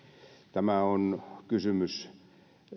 tämä on kysymys